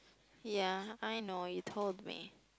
ya I know you told me